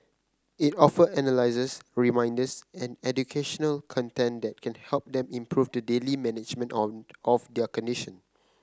it offer analyses reminders and educational content that can help them improve the daily management on of their condition